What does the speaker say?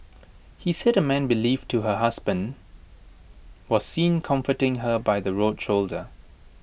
he said A man believed to her husband was seen comforting her by the road shoulder